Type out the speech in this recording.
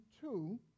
two